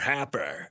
Happer